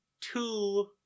two